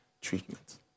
treatment